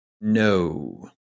No